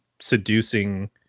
seducing